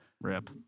rip